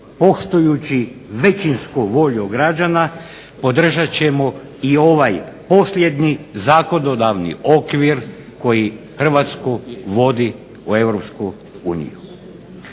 poštujući većinsku volju građana podržat ćemo i ovaj posljednji zakonodavni okvir koji Hrvatsku vodi u EU.